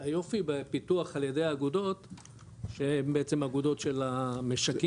היופי בפיתוח על ידי האגודות שהם בעצם אגודות של המשקים,